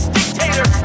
dictator